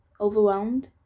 overwhelmed